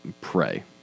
pray